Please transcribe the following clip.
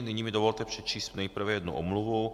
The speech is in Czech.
Nyní mi dovolte přečíst nejprve jednu omluvu.